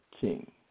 king